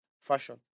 fashion